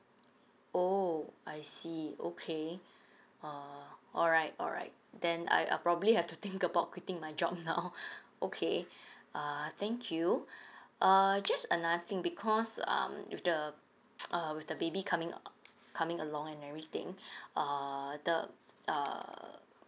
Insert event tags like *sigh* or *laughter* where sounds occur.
oh I see okay uh all right all right then I I probably have to think about quitting my job now okay err thank you *breath* err just another thing because um with the *noise* uh with the baby coming err coming along and everything *breath* err the uh